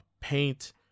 paint